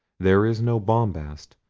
there is no bombast,